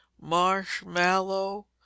marshmallow